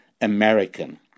American